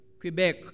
Quebec